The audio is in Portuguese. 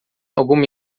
alguma